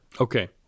Okay